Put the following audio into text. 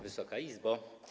Wysoka Izbo!